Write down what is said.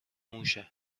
موشه